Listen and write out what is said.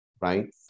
right